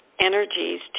energies